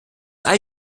all